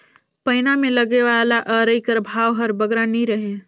पैना मे लगे वाला अरई कर भाव हर बगरा नी रहें